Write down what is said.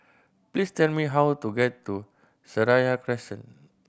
please tell me how to get to Seraya Crescent